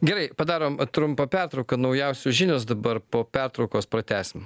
gerai padarom trumpą pertrauką naujausios žinios dabar po pertraukos pratęsim